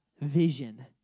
vision